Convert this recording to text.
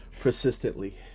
Persistently